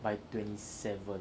by twenty seven